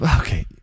okay